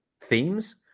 themes